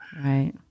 Right